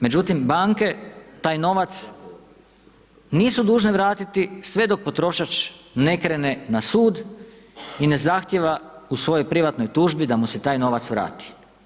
Međutim, banke taj novac nisu dužne vratiti sve dok potrošač ne krene na sud i ne zahtjeva u svojoj privatnoj tužbi da mu se taj novac vrati.